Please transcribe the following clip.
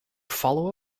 follow